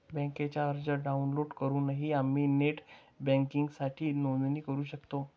बँकेचा अर्ज डाउनलोड करूनही आम्ही नेट बँकिंगसाठी नोंदणी करू शकतो